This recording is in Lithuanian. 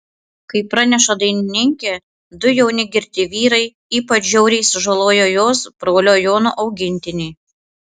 kaip praneša dainininkė du jauni girti vyrai ypač žiauriai sužalojo jos brolio jono augintinį